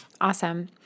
Awesome